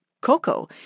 Coco